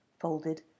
folded